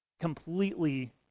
completely